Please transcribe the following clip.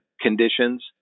conditions